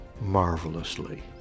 marvelously